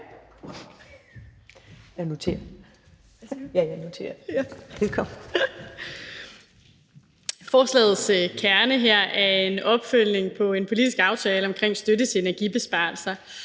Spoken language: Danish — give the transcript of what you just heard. (Ordfører) Signe Munk (SF): Forslagets kerne her er en opfølgning på en politisk aftale omkring støtte til energibesparelser,